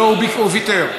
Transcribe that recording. לא, הוא ויתר.